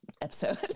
episode